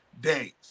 days